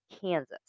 Kansas